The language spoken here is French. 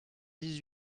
dix